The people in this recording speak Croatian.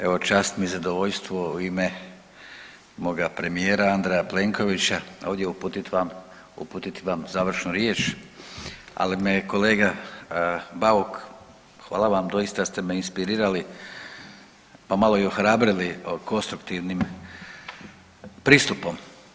Evo čast mi je i zadovoljstvo u ime moga premijera Andreja Plenkovića ovdje uputit vam, uputiti vam završnu riječ, ali me je kolega Bauk, hvala vam doista ste me inspirirali pa malo i ohrabrili konstruktivnim pristupom.